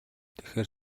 тэгэхээр